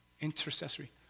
Intercessory